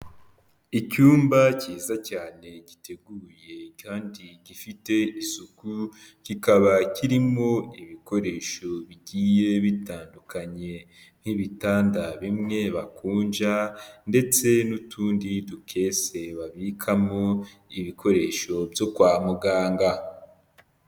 Icyumba cyiza cyane giteguye kandi gifite isuku kikaba kirimo ibikoresho bigiye bitandukanye nk'ibitanda bimwe bakonja ndetse n'utundi dukese babikamo ibikoresho byo kwa muganga.